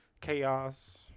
chaos